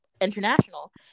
international